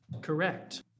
Correct